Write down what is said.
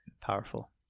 Powerful